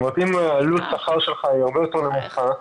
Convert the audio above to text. אם עלות השכר שלך היא הרבה יותר נמוכה,